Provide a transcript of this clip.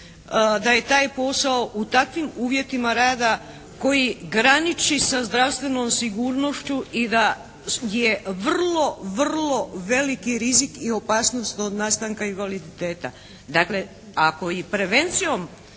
da je taj posao u takvim uvjetima rada koji graniči sa zdravstvenom sigurnošću i da je vrlo vrlo veliki rizik i opasnost od nastanka invaliditeta. Dakle ako i prevencijom